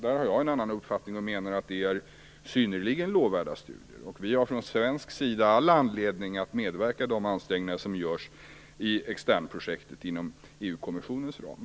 Där har jag en annan uppfattning, och menar att detta är synnerligen lovvärda studier. Vi har från svensk sida all anledning att medverka till de ansträngningar som görs i Externprojektet inom EU-kommissionens ram.